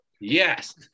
Yes